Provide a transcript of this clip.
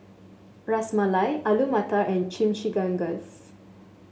Ras Malai Alu Matar and Chimichangas